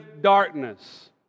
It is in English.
darkness